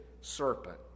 serpent